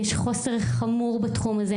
יש חוסר חמור בתחום הזה,